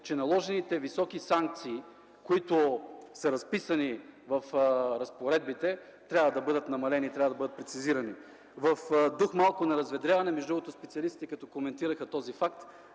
че наложените високи санкции, които са разписани в разпоредбите, трябва да бъдат намалени, трябва да бъдат прецизирани. В дух на разведряване, между другото, специалистите като коментираха този факт,